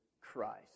Christ